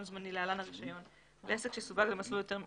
זמני (להלן הרישיון) לעסק שסווג למסלול היתר מזורז,